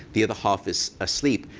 the other half is asleep.